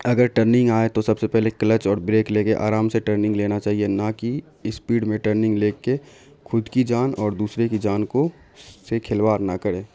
اگر ٹرنگ آئے تو سب سے پہلے کلچ اور بریک لے کے آرام سے ٹرنگ لینا چاہیے نہ کہ اسپیڈ میں ٹرننگ لے کے خود کی جان اور دوسرے کی جان کو سے کھلواڑ نہ کرے